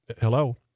Hello